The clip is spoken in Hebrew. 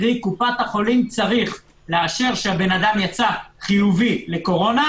קרי קופת החולים צריך לאשר שהאגם יצא חיובי לקורונה,